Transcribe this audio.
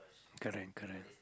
correct correct